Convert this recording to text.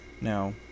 Now